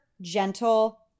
gentle